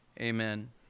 Amen